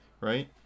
right